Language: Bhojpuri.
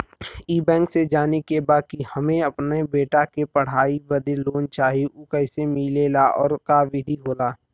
ई बैंक से जाने के बा की हमे अपने बेटा के पढ़ाई बदे लोन चाही ऊ कैसे मिलेला और का विधि होला?